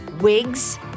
wigs